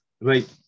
right